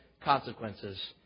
Consequences